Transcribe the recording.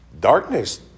Darkness